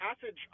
passage